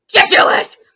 ridiculous